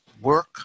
work